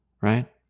right